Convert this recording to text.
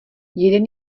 jeden